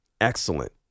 excellent